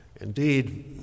Indeed